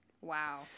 Wow